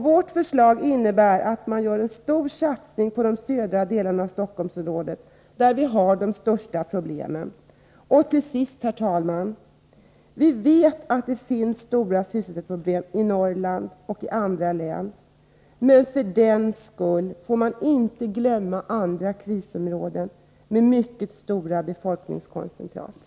Vårt förslag innebär en stor satsning på de södra delarna av Stockholmsområdet, där vi också har de största problemen. Herr talman! Till sist: Vi vet att det finns stora sysselsättningsproblem i Norrlandslänen och i andra län, men för den skull får man inte glömma andra krisområden med mycket stora befolkningskoncentrationer.